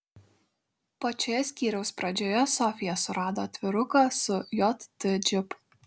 pačioje skyriaus pradžioje sofija surado atviruką su jt džipu